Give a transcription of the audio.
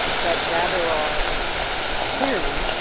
but rather our queering,